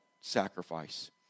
sacrifice